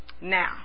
Now